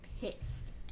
pissed